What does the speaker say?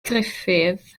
gruffudd